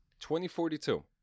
2042